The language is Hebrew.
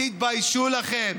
תתביישו לכם.